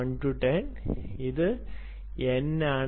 1 10 ഇത് n ആണ്